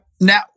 now